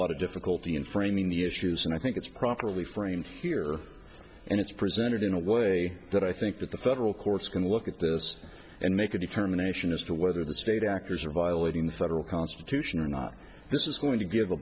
lot of difficulty in framing the issues and i think it's properly framed here and it's presented in a way that i think that the federal courts can look at this and make a determination as to whether the state actors are violating the federal constitution or not this is going to give a